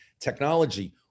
technology